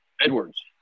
Edwards